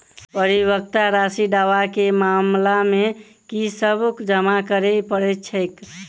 परिपक्वता राशि दावा केँ मामला मे की सब जमा करै पड़तै छैक?